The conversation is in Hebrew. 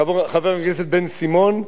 חבר הכנסת בן-סימון,